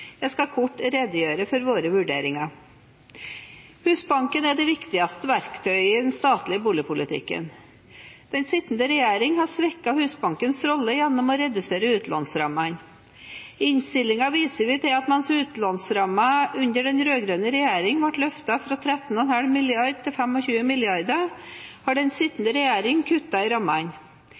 Jeg skal kort redegjøre for våre vurderinger. Husbanken er det viktigste verktøyet i den statlige boligpolitikken. Den sittende regjeringen har svekket Husbankens rolle gjennom å redusere utlånsrammene. I innstillingen viser vi til at mens utlånsrammene under den rød-grønne regjeringen ble løftet fra 13,5 mrd. kr til 25 mrd. kr, har den sittende regjeringen kuttet i rammene.